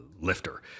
lifter